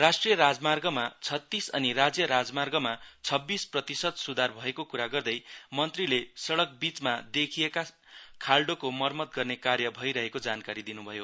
राष्ट्रिय राजमार्गमा छतीस अनि राज्य राजमार्गमा छब्बीस प्रतिसत स्धार भएको क्रा गर्दै मन्त्रीले सड़कबीचमा देखिएका खाल्डाको मरम्मत गर्ने कार्य भइरहेको जानकारी दिन्भयो